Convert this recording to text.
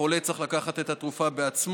החולה צריך לקחת את התרופה בעצמו,